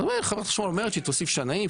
הם אומרים שחברת החשמל אומרת שהיא תוסיף שנאים,